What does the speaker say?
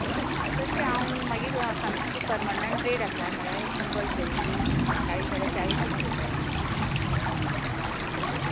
ना तशें हांव मागी सामकें परमनेंट रेट आसा म्हणळ्यार कंमपलसरी ती चाळीस जाल्यार चाळिसूच हय